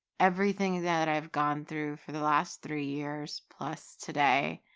everything that i've gone through for the last three years plus today.